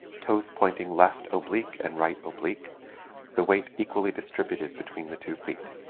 toes pointing left oblique and right oblique the weight equally distributed between the two feet.